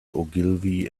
ogilvy